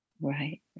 Right